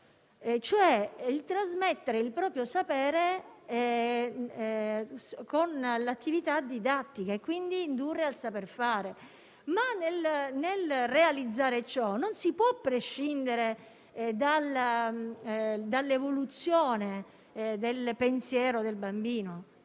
cioè il trasmettere il proprio sapere con l'attività didattica e quindi indurre al saper fare. Nel realizzare ciò, però, non si può prescindere dall'evoluzione del pensiero del bambino.